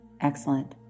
excellent